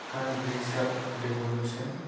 हांग्रि SAARC evolution